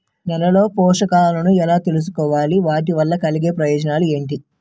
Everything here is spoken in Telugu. నేలలో పోషకాలను ఎలా తెలుసుకోవాలి? వాటి వల్ల కలిగే ప్రయోజనాలు ఏంటి?